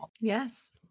Yes